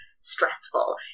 stressful